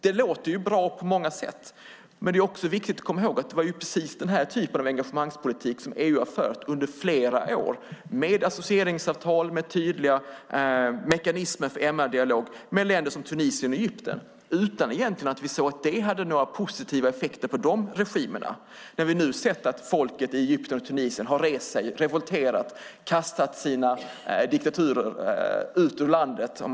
Det låter bra på många sätt, men det är viktigt att komma ihåg att det är just den här typen av engagemangspolitik - med associeringsavtal och tydliga mekanismer för MR-dialog - som EU under flera år har fört med Tunisien och Egypten. Vi kunde inte se att det hade några positiva effekter på de regimerna. Nu ser vi att folket i Egypten och Tunisien har rest sig, revolterat och kastat ut sina diktaturer ur landet.